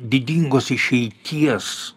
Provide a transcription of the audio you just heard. didingos išeities